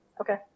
Okay